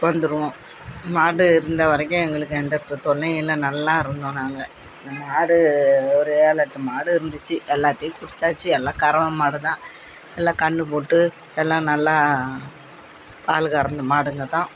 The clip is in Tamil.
வந்துடுவோம் மாடு இருந்த வரைக்கும் எங்களுக்கு எந்த தொ தொல்லையும் இல்லை நல்லா இருந்தோம் நாங்கள் இந்த மாடு ஒரு ஏழு எட்டு மாடு இருந்துச்சு எல்லாத்தையும் கொடுத்தாச்சி எல்லாம் கறவை மாடு தான் எல்லாம் கன்று போட்டு எல்லாம் நல்லா பால் கறந்த மாடுங்க தான்